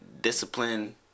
discipline